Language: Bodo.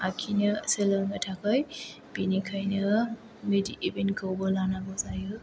आखिनो सोलोंनो थाखाय बेनिखायनो बिदि इबेन्टखौबो लानांगौ जायो